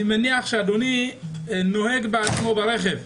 אני מניח שאדוני נוהג בעצמו ברכב.